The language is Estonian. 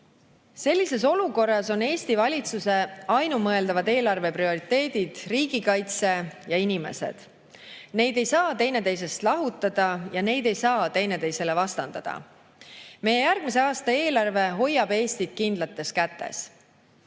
Sellises olukorras on Eesti valitsuse ainumõeldavad eelarve prioriteedid riigikaitse ja inimesed. Neid ei saa teineteisest lahutada ja neid ei saa teineteisele vastandada. Meie järgmise aasta eelarve hoiab Eestit kindlates kätes.